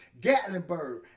Gatlinburg